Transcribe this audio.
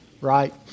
right